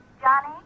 Johnny